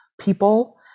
people